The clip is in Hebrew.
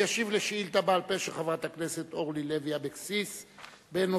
ישיב על שאילתא בעל-פה של חברת הכנסת אורלי לוי אבקסיס בנושא: